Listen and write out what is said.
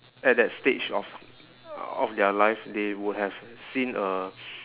at that stage of uh of their life they would have seen a